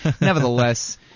nevertheless